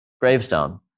gravestone